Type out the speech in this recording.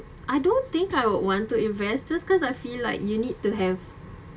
I don't think I would want to invest just cause I feel like you need to have